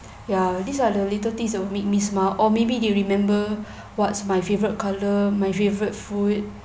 ya these are the little things that will make me smile or maybe they remember what's my favorite colour my favorite food